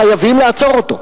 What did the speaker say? חייבים לעצור אותו.